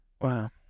Wow